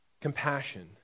compassion